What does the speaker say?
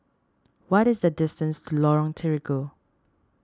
what is the distance to Lorong Terigu